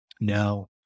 no